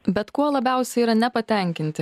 bet kuo labiausiai yra nepatenkinti